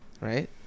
right